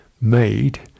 made